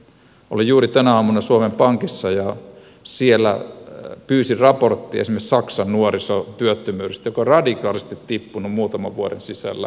olin juuri tänä aamuna suomen pankissa ja siellä pyysin raporttia esimerkiksi saksan nuorisotyöttömyydestä joka on radikaalisti tippunut muutaman vuoden sisällä